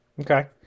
Okay